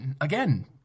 again